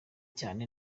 cyane